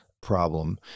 problem